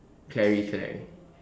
Clarie Clarie